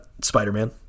Spider-Man